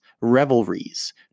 revelries